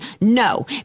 No